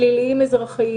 פליליים-אזרחיים.